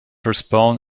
respawn